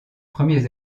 premiers